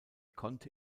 konnte